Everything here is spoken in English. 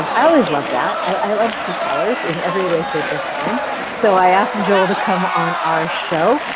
um i always love that, i love truth tellers in every way, shape or form so i asked joel to come on our show.